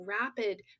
rapid